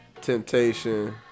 Temptation